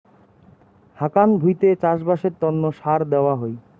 হাকান ভুঁইতে চাষবাসের তন্ন সার দেওয়া হই